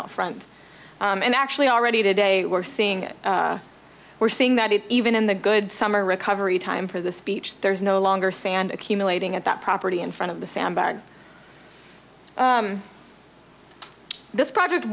out front and actually already today we're seeing it we're seeing that even in the good summer recovery time for this beach there is no longer sand accumulating at that property in front of the sandbags this project